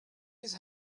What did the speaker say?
his